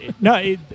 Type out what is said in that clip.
no